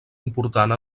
important